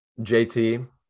JT